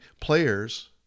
players